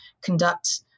conduct